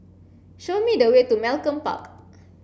show me the way to Malcolm Park